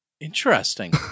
Interesting